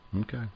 Okay